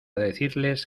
decirles